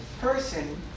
person